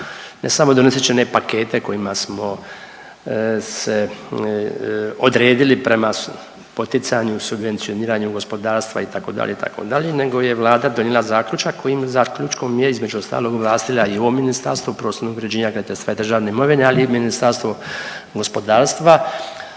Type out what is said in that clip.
ne samo donoseći one pakete kojima smo se odredili prema poticanju, subvencioniranju gospodarstva itd., itd., nego je Vlada donijela zaključak kojim zaključkom je između ostalog ovlastila i ovo Ministarstvo prostornog uređenja, graditeljstva i državne imovine, ali i Ministarstvo gospodarstva